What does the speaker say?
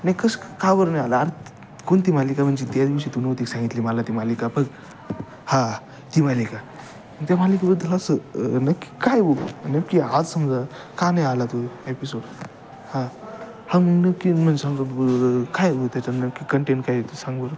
नाही कसं का बरं नाही आला अरे त त कोणती मालिका म्हणजे त्या दिवशी तू नव्हती का सांगितली मला ती मालिका बघ हां ती मालिका त्या मालिकेबद्दल असं नक्की काय बघू नक्की आज समजा का नाही आला तो एपिसोड हां हां मग नक्की म्हणजे समजा ब काय ब त्याच्यात नक्की कंटेंट काय आहे ते सांग बरं